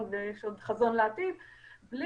לא